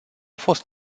fost